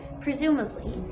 presumably